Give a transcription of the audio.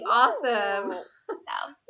awesome